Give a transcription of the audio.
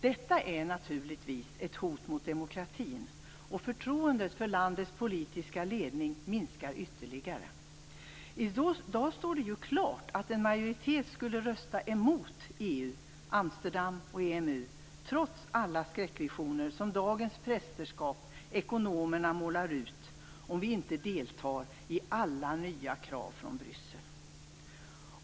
Detta är naturligtvis ett hot mot demokratin. Förtroendet för landets politiska ledning minskar ytterligare. I dag står det ju klart att en majoritet skulle rösta mot EU, Amsterdam och EMU trots alla skräckvisioner som dagens prästerskap - ekonomerna - målar ut om vi inte deltar i alla nya krav från Bryssel.